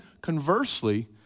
conversely